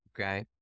Okay